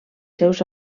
seus